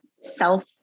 self